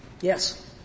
Yes